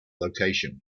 location